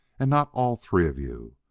and not all three of you.